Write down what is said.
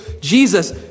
Jesus